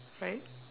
right